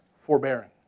Forbearing